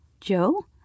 Joe